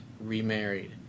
remarried